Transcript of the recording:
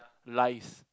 lies